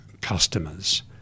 customers